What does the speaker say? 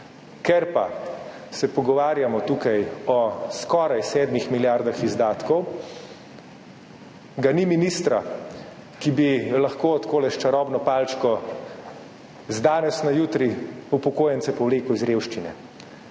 Ker pa se tukaj pogovarjamo o skoraj 7 milijardah izdatkov, ga ni ministra, ki bi lahko takole s čarobno palčko z danes na jutri upokojence povlekel iz revščine.